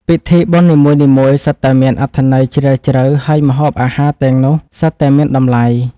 ពិធីបុណ្យនីមួយៗសុទ្ធតែមានអត្ថន័យជ្រាលជ្រៅ ហើយម្ហូបអាហារទាំងនោះសុទ្ធតែមានតម្លៃ។